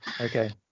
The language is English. okay